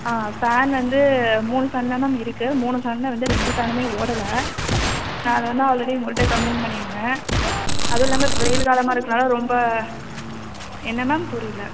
ஆ fan வந்து மூணு fan தான் மேம் இருக்குது மூணு ஃபேனில் வந்து ரெண்டு ஃபேனுமே ஓடலை நான் அதை வந்து ஆல்ரெடி உங்கள்கிட்ட கம்ப்ளைண்ட் பண்ணியிருந்தேன் அதுவும் இல்லாமல் இப்போ வெயில் காலமாக இருக்கனால் ரொம்ப என்ன மேம் புரியல